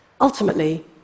Ultimately